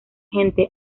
gente